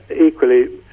equally